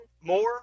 more